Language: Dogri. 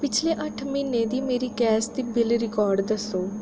पिछले अट्ठ म्हीनें दी मेरी गैस दी बिल्ल रिकार्ड दस्सो